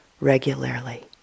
regularly